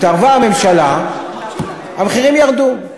התערבה הממשלה, המחירים ירדו.